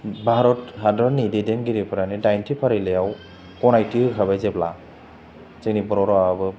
भारत हादरनि दैदेनगिरिफोरानो दाइनथि फारिलाइयाव गनायथि होखाबाय जेब्ला जोंनि बर' रावाबो